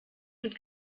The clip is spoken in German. mit